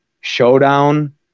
showdown